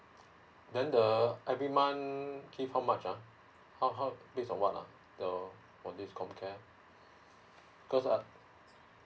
then the uh every month um give how much ah how how based on what lah the for this C O M C A R E because I